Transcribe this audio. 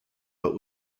but